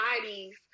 bodies